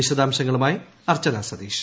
വിശദാംശങ്ങളുമായി അർച്ചനാസതീശ്